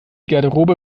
garderobe